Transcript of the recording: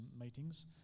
meetings